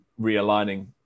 realigning